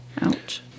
Ouch